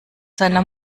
seiner